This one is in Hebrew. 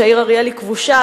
שהעיר אריאל היא כבושה,